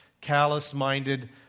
callous-minded